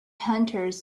hunters